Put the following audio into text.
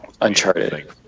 Uncharted